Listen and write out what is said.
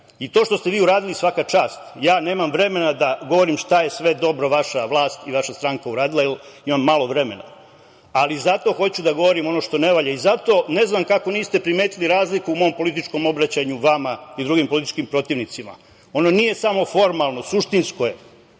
što ste vi uradili svaka čast. Ja nemam vremena da govorim šta je sve dobro vaša vlast i vaša stranka uradila jer imam malo vremena, ali zato hoću da govorim ono što ne valja. Ne znam kako niste primetili razliku u mom političkom obraćaju vama i drugim političkim protivnicima? Ono nije samo formalno, suštinsko je.